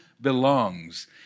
belongs